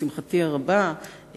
לשמחתי הרבה,